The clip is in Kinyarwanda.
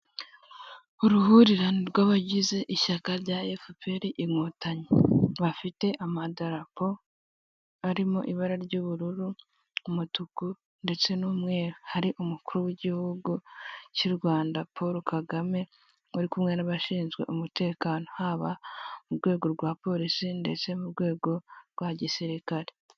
Uruhurirane rw'abagize ishyaka rya efuperi (FPR) inkotanyi ,bafite amadarapo arimo ibara ry'ubururu, umutuku ndetse n'umweru hari umukuru w'igihugu cy'u Rwanda Paul Kagame wari kumwe n'abashinzwe umutekano haba mu rwego rwa porisi ndetse mu rwego rwa gisirikare.